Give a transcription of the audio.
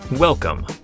Welcome